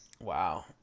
Wow